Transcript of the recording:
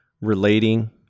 relating